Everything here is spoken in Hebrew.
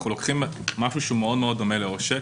אנחנו לוקחים משהו שהוא מאוד מאוד דומה לעושק,